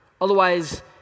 Otherwise